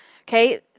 Okay